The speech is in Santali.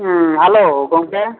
ᱦᱮᱸ ᱦᱮᱞᱳ ᱜᱚᱢᱠᱮ